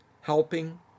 helping